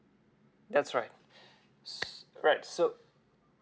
that's right s~ right so